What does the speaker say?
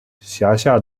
辖下